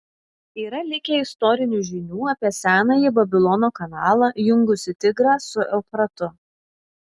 yra likę istorinių žinių apie senąjį babilono kanalą jungusį tigrą su eufratu